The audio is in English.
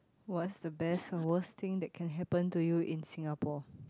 what's the best or worst thing that can happen to you in Singapore